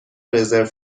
رزرو